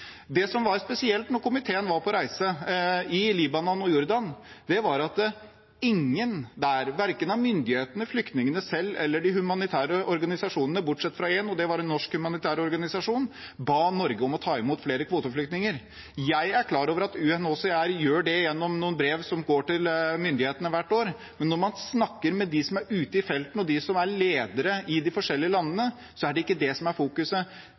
Det som var spesielt da komiteen var på reise i Libanon og Jordan, var at ingen der – verken myndighetene eller flyktningene selv eller de humanitære organisasjonene, bortsett fra én, som var en norsk humanitær organisasjon – ba Norge om å ta imot flere kvoteflyktninger. Jeg er klar over at UNHCR gjør det i noen brev som sendes til myndighetene hvert år. Men når man snakker med dem som er ute i felten og de som er ledere i de forskjellige landene, er det ikke det man fokuserer på. Det man fokuserer på, er